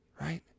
Right